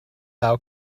thou